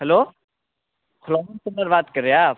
hello बात कर रहे हैं आप